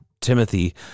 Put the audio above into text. Timothy